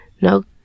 No